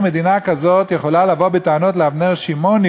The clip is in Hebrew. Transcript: איך מדינה כזאת יכולה לבוא בטענות לאיתמר שמעוני